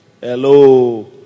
hello